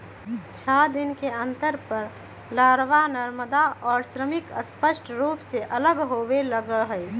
छः दिन के अंतर पर लारवा, नरमादा और श्रमिक स्पष्ट रूप से अलग होवे लगा हई